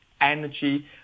energy